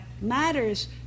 matters